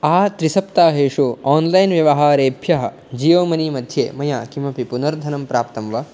आ त्रिसप्ताहेषु आन्लैन् व्यवहारेभ्यः जीयो मनीमध्ये मया किमपि पुनर्धनं प्राप्तं वा